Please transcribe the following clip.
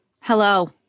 Hello